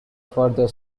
further